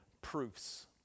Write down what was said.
proofs